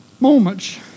moments